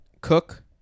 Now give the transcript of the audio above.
Cook